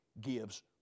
gives